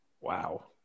Wow